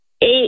eight